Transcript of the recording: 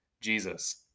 Jesus